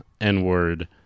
n-word